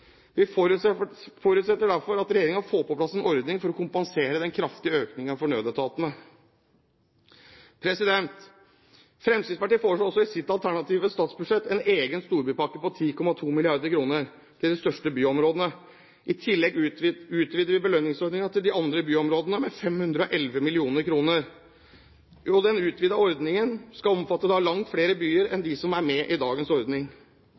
Vi forutsetter derfor at regjeringen får på plass en ordning for å kompensere den kraftige økningen for nødetatene. Fremskrittspartiet foreslår i sitt alternative statsbudsjett en egen storbypakke på 10,22 mrd. kr til de største byområdene. I tillegg utvider vi belønningsordningen til de andre byområdene med 511 mill. kr, og den utvidede ordningen skal omfatte langt flere byer enn de som er med i dagens ordning.